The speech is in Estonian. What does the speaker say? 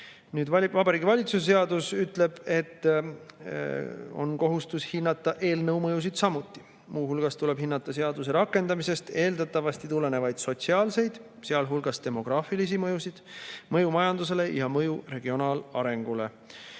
Vabariigi Valitsuse seadus ütleb, et on kohustus hinnata eelnõu mõju samuti. Muu hulgas tuleb hinnata seaduse rakendamisest eeldatavasti tulenevat sotsiaalset, sealhulgas demograafilist mõju, mõju majandusele ja mõju regionaalarengule.